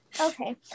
Okay